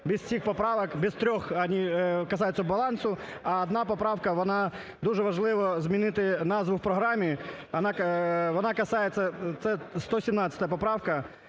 Без цих поправок, без трьох, вони касаются балансу, а одна поправка – вона… дуже важливо змінити назву в програмі, вона касается… це 117 поправка,